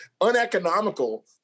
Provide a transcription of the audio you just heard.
uneconomical